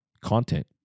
content